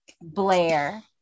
Blair